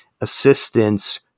assistance